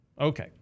Okay